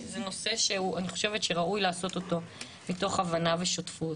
זה נושא שראוי לעשות אותו מתוך הבנה ושותפות.